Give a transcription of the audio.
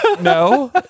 no